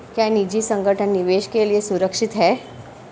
क्या निजी संगठन निवेश के लिए सुरक्षित हैं?